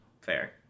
fair